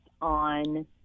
on